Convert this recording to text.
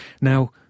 Now